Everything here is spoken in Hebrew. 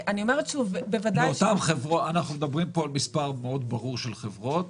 אנחנו מדברים פה על מספר מאוד ברור של חברות.